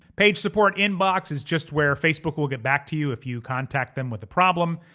page support inbox is just where facebook will get back to you if you contact them with a problem.